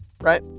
right